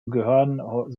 gehören